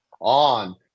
on